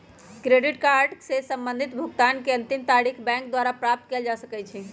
credit card से संबंधित भुगतान के अंतिम तारिख बैंक द्वारा प्राप्त कयल जा सकइ छइ